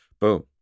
boom